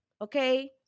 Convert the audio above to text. Okay